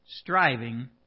striving